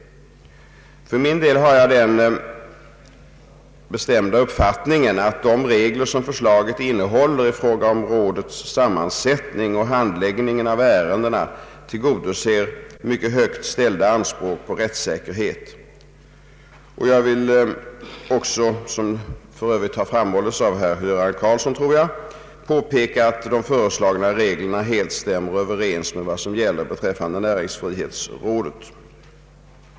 För min del har jag den bestämda uppfattningen att de regler som förslaget innehåller i fråga om rådets sammansättning och handläggningen av ärendena tillgodoser mycket högt ställda anspråk på rättssäkerhet. Jag vill också — som för övrigt har framhållits av herr Göran Karlsson — påpeka att de föreslagna reglerna helt stämmer överens med vad som gäller beträffande näringsfrihetsrådet.